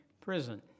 prison